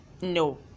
no